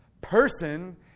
person